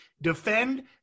defend